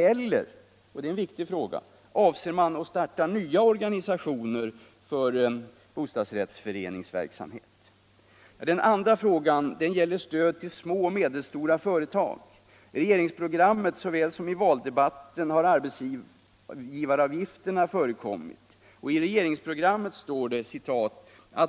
eller - och det är en viktig fråga - avser man aw starta nya organisationer för bostadsrättsföreningsverksamheten? Den andra frågan gäller stöd till små och medelstora företag. I regeringsprogrammet såväl som i valdebatten har arbetsgivaravgifterna förekommit. Det står i regeringsprogrammet: